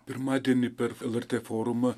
pirmadienį per lrt forumą